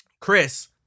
Chris